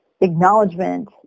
acknowledgement